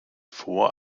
vor